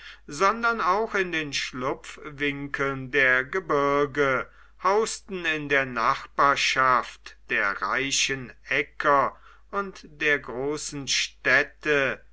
sondern auch in den schlupfwinkeln der gebirge hausten in der nachbarschaft der reichen äcker und der großen städte